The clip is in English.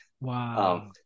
Wow